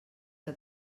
que